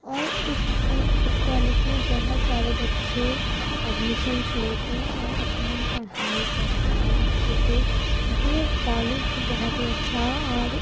اور اس اسکول اس کالج میں بہت سارے بچے ایڈمیشنس لیتے ہیں اور اپنی پڑھائی کرتے ہیں اچھے سے وہ کالج بہت ہی اچھا ہے اور